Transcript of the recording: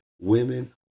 Women